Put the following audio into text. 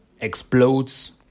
explodes